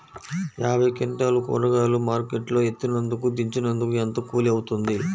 యాభై క్వింటాలు కూరగాయలు మార్కెట్ లో ఎత్తినందుకు, దించినందుకు ఏంత కూలి అవుతుంది?